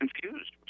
confused